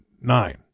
nine